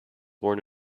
born